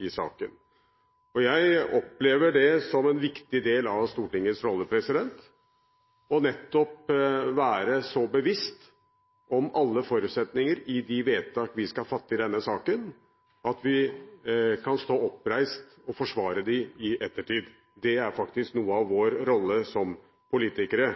i saken. Jeg opplever det som en viktig del av Stortingets rolle, nettopp å være så bevisst om alle forutsetninger i de vedtak vi skal fatte i denne saken, at vi kan stå oppreist og forsvare dem i ettertid. Det er faktisk noe av vår rolle som politikere.